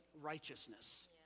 righteousness